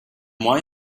why